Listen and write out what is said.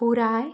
पुराय